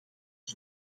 het